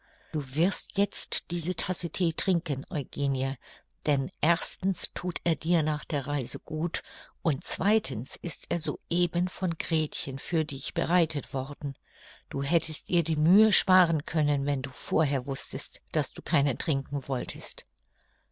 du wirst jetzt diese tasse thee trinken eugenie denn erstens thut er dir nach der reise gut und zweitens ist er so eben von gretchen für dich bereitet worden du hättest ihr die mühe sparen können wenn du vorher wußtest daß du keinen trinken wolltest